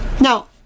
Now